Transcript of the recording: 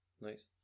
nice